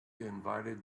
invited